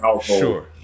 sure